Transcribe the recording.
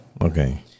Okay